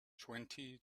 twenty